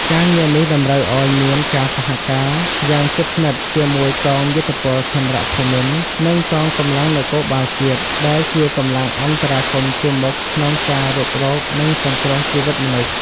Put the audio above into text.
ការងារនេះតម្រូវឱ្យមានការសហការយ៉ាងជិតស្និទ្ធជាមួយកងយោធពលខេមរភូមិន្ទ និងកងកម្លាំងនគរបាលជាតិ ដែលជាកម្លាំងអន្តរាគមន៍ជួរមុខក្នុងការរុករក និងសង្គ្រោះជីវិតមនុស្ស។